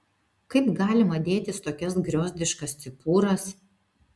kaip galima dėtis tokias griozdiškas cipūras